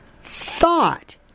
thought